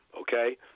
Okay